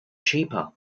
cheaper